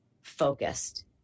focused